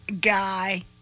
guy